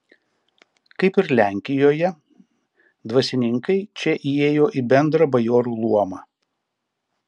kaip ir lenkijoje dvasininkai čia įėjo į bendrą bajorų luomą